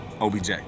OBJ